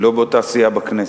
לא באותה סיעה בכנסת.